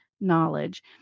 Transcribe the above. knowledge